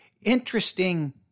interesting